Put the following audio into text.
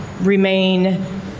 remain